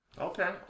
Okay